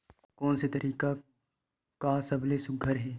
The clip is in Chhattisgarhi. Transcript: कोन से तरीका का सबले सुघ्घर हे?